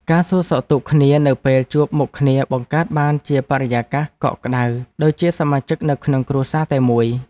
ការសួរសុខទុក្ខគ្នានៅពេលជួបមុខគ្នាបង្កើតបានជាបរិយាកាសកក់ក្ដៅដូចជាសមាជិកនៅក្នុងគ្រួសារតែមួយ។